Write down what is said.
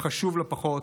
וחשוב לא פחות,